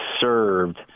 served